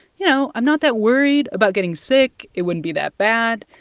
you know, i'm not that worried about getting sick. it wouldn't be that bad.